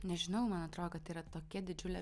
nežinau man atrodo kad yra tokia didžiulė